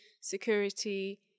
security